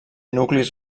nuclis